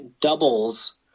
doubles